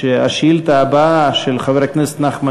השאילתה הבאה היא של חבר הכנסת נחמן